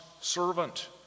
servant